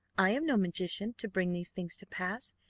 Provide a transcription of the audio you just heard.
i am no magician to bring these things to pass,